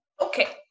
Okay